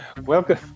Welcome